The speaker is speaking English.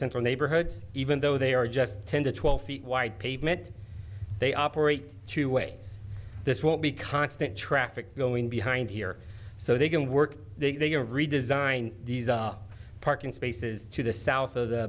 central neighborhoods even though they are just ten to twelve feet wide pavement they operate two ways this won't be constant traffic going behind here so they can work they are redesign these are parking spaces to the south of the